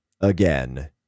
again